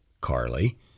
Carly